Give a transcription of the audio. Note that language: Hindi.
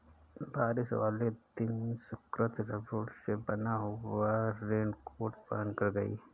बारिश वाले दिन सुकृति रबड़ से बना हुआ रेनकोट पहनकर गई